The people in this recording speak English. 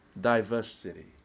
diversity